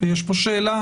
יש פה שאלה,